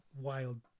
wild